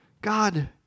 God